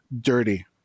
dirty